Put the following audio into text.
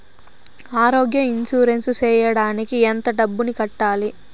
ఆరోగ్య ఇన్సూరెన్సు సేయడానికి ఎంత డబ్బుని కట్టాలి?